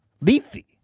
Leafy